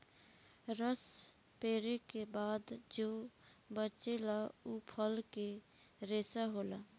रस पेरे के बाद जो बचेला उ फल के रेशा होला